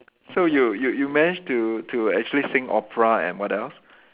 so you you you manage to to actually sing opera and what else